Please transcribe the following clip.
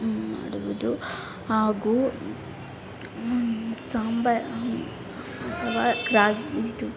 ಮಾಡುವುದು ಹಾಗೂ ಸಾಂಬಾರು ಅಥವಾ ರಾಗಿ ಇದು